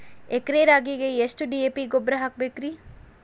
ಎಕರೆ ರಾಗಿಗೆ ಎಷ್ಟು ಡಿ.ಎ.ಪಿ ಗೊಬ್ರಾ ಹಾಕಬೇಕ್ರಿ?